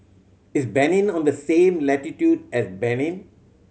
is Benin on the same latitude as Benin